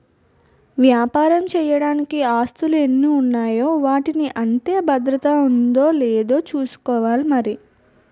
వ్యాపారం చెయ్యడానికి ఆస్తులు ఎన్ని ఉన్నాయో వాటికి అంతే భద్రత ఉందో లేదో చూసుకోవాలి మరి